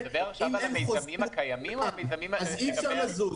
אז אי אפשר לזוז.